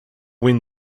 win